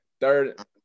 Third